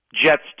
Jets